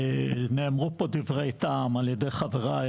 נאמרו פה דברי טעם על ידי חבריי.